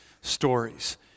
stories